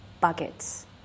buckets